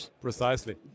Precisely